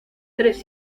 tres